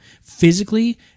physically